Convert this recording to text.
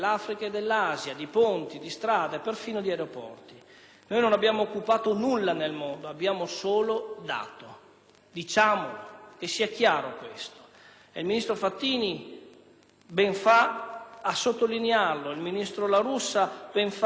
dato: che sia chiaro questo. Il ministro Frattini ben fa a sottolinearlo; il ministro La Russa ben fa ad evidenziarlo, sottolineando quanto è grande la generosità del nostro Paese.